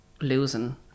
losing